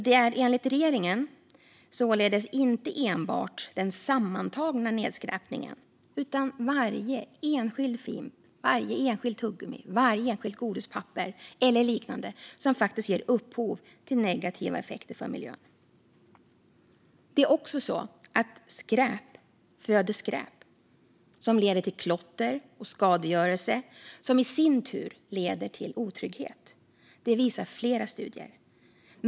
Det är enligt regeringen således inte enbart den sammantagna nedskräpningen utan även varje enskild fimp, varje tuggummi, godispapper eller liknande som ger upphov till negativa effekter för miljön. Det är också så att skräp föder skräp som leder till klotter och skadegörelse och som i sin tur leder till otrygghet. Det visar flera studier.